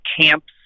camps